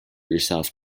yourself